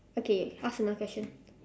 okay ask another question